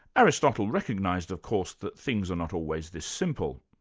aristotle recognised, of course, that things are not always this simple.